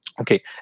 Okay